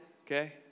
okay